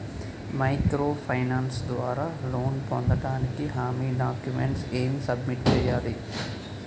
Micro finance ద్వారా loan పొందటానికి హామీ డాక్యుమెంట్స్ ఎం సబ్మిట్ చేయాలి?